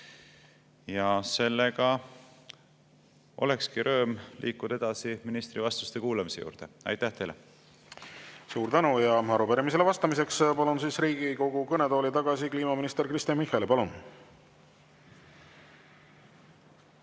tasuda? Ja olekski rõõm liikuda edasi ministri vastuste kuulamise juurde. Aitäh teile! Suur tänu! Arupärimisele vastamiseks palun Riigikogu kõnetooli tagasi kliimaminister Kristen Michali. Palun!